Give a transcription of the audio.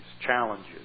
challenges